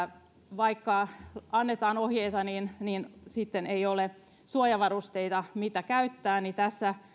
vaikka annettaan ohjeita niin sitten ei ole suojavarusteita mitä käyttää tässä